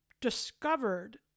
discovered